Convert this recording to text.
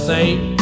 Saint